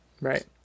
Right